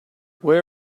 where